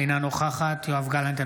אינה נוכחת יואב גלנט,